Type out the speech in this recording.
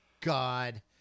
God